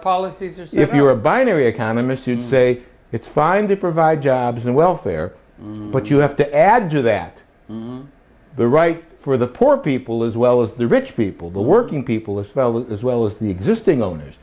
policies if you are a binary economist to say it's fine to provide jobs and welfare but you have to add to that the right for the poor people as well as the rich people the working people as well as well as the existing owners